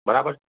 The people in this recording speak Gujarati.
બરાબર છે